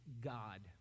God